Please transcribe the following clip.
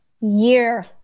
year